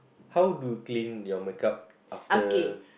how to clean your makeup after